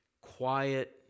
Quiet